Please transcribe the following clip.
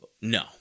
No